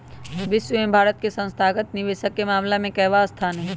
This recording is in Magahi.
विश्व में भारत के संस्थागत निवेशक के मामला में केवाँ स्थान हई?